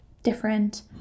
different